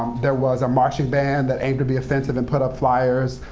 there was a marching band that aimed to be offensive and put up flyers.